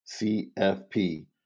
CFP